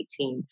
2018